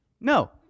No